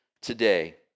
today